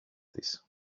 της